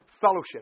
fellowship